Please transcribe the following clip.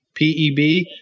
PEB